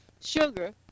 sugar